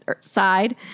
side